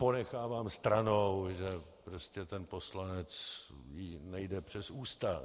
Ponechávám stranou, že prostě ten poslanec nejde přes ústa.